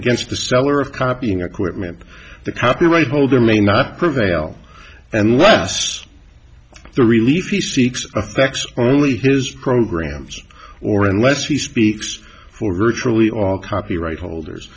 against the seller of copying equipment the copyright holder may not prevail and less the relief he seeks affects only his programs or unless he speaks for virtually all copyright holders